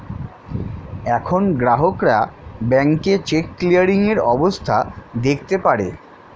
এখন গ্রাহকরা ব্যাংকে চেক ক্লিয়ারিং এর অবস্থা দেখতে পারে